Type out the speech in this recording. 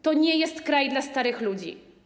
To nie jest kraj dla starych ludzi.